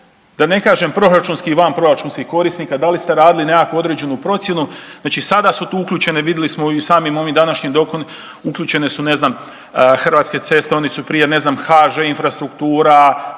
da ne kažem proračunskih i vanproračunskih korisnika, da li ste raditi nekakvu određenu procjenu, znači sada su tu uključene, vidjeli smo u samoj ovoj današnjom dopunom, uključene su ne znam, Hrvatske ceste, on su prije ne znam, HŽ infrastruktura,